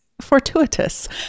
fortuitous